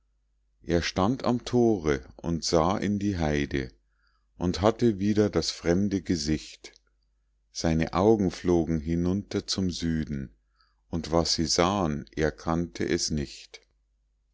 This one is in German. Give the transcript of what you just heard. er stand am tore und sah in die heide und hatte wieder das fremde gesicht seine augen flogen hinunter zum süden und was sie sahen er kannte es nicht